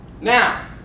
Now